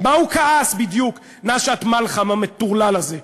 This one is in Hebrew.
על מה הוא כעס בדיוק, נשאת מלחם המטורלל הזה?